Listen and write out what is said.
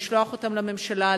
לשלוח אותן לממשלה,